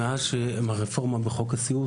שמאז הרפורמה שקרתה בחוק הסיעוד,